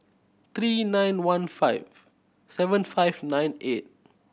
three nine one five seven five nine eight